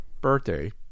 birthday